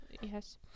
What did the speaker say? Yes